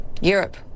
Europe